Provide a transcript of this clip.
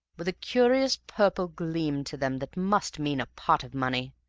with a curious purple gleam to them that must mean a pot of money.